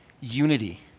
unity